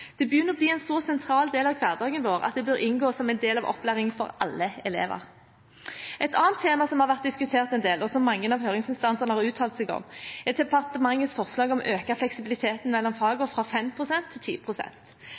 begynner å bli en så sentral del av hverdagen vår at det bør inngå som en del av opplæringen for alle elever. Et annet tema som har vært diskutert en del, og som mange av høringsinstansene har uttalt seg om, er departementets forslag om å øke fleksibiliteten mellom fagene fra 5 pst. til